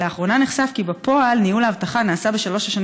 לאחרונה נחשף כי בפועל ניהול האבטחה נעשה בשלוש השנים